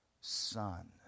Son